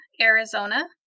Arizona